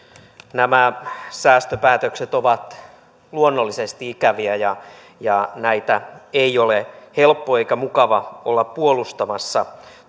nämä säästöpäätökset ovat luonnollisesti ikäviä ja ja näitä ei ole helppo eikä mukava olla puolustamassa